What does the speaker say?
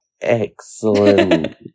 Excellent